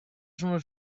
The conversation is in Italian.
sono